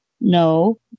no